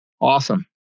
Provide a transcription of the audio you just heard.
Awesome